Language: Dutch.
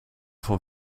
van